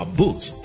books